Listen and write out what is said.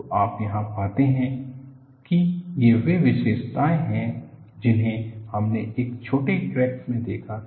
तो आप यहां पाते हैं कि ये वे विशेषताएं हैं जिन्हें हमने एक छोटे क्रैक में देखा था